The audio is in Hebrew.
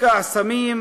רקע סמים,